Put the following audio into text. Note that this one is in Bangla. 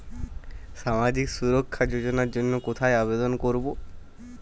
সামাজিক সুরক্ষা যোজনার জন্য কোথায় আবেদন করব?